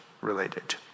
related